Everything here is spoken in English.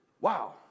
Wow